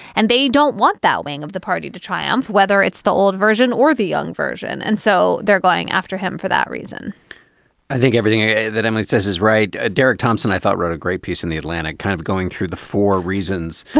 and they don't want that wing of the party to triumph. whether it's the old version or the young version. and so they're going after him for that reason i think everything that emily says is right. ah derek thompson, i thought, wrote a great piece in the atlantic kind of going through the four reasons.